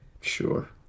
Sure